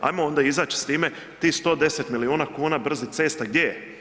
Hajmo onda izaći s time, tih 110 milijuna kuna brzih cesta, gdje je?